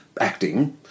acting